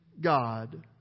God